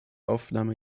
aufnahme